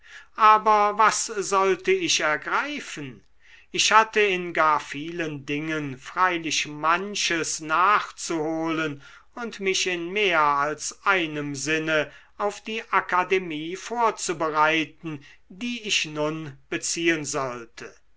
aber was sollte ich ergreifen ich hatte in gar vielen dingen freilich manches nachzuholen und mich in mehr als einem sinne auf die akademie vorzubereiten die ich nun beziehen sollte